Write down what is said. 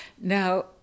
Now